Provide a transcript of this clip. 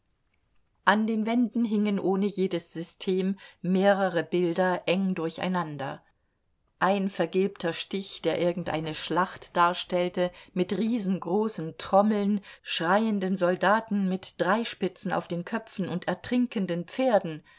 an den wänden hingen ohne jedes system mehrere bilder eng durcheinander ein vergilbter stich der irgendeine schlacht darstellte mit riesengroßen trommeln schreienden soldaten mit dreispitzen auf den köpfen und ertrinkenden pferden